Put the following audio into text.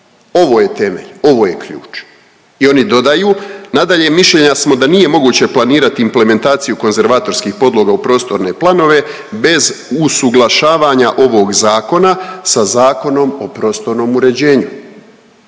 Ovo je temelj, ovo je ključ, i oni dodaju, nadalje, mišljenja smo da nije moguće planirati implementaciju konzervatorskih podloga u prostorne planove bez usuglašavanja ovog Zakona sa Zakonom o prostornom uređenju